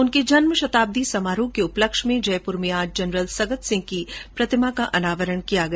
उनके जन्म शताब्दी समारोह के उपलक्ष में जयपुर में आज लेफ्टिनेंट जनरल सगत सिंह की प्रतिमा का अनावरण किया गया